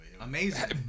Amazing